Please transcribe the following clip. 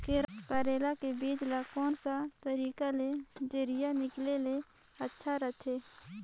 करेला के बीजा ला कोन सा तरीका ले जरिया निकाले ले अच्छा रथे?